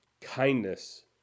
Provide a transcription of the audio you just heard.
kindness